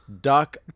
duck